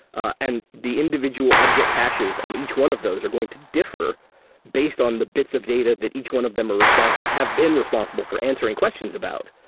ah and the individual object caches on each one of those are going to differ based on the bits of data that each one of them ah have been responsible for answering questions about.